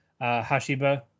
Hashiba